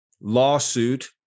lawsuit